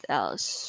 else